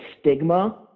stigma